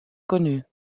connues